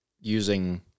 using